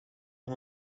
van